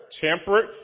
temperate